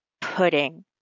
pudding